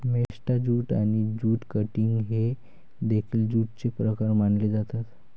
मेस्टा jute आणि jute cutting हे देखील ज्यूटचे प्रकार मानले जातात